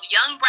Young